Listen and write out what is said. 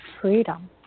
freedom